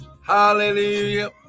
Hallelujah